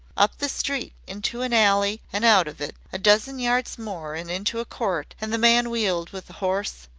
up the street, into an alley and out of it, a dozen yards more and into a court, and the man wheeled with a hoarse,